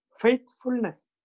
faithfulness